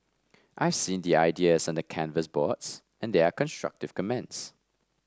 I see the ideas on the canvas boards and there are constructive comments